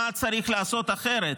מה צריך לעשות אחרת,